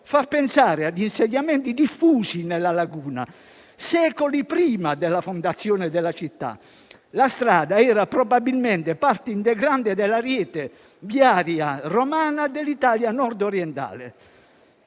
fa pensare ad insediamenti diffusi nella laguna secoli prima della fondazione della città. La strada era probabilmente parte integrante della rete viaria romana dell'Italia nord-orientale.